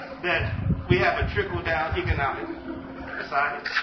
that we have a trickle-down economic society?